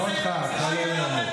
לא אתה, אותך לא נלמד.